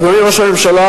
אדוני ראש הממשלה,